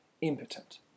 impotent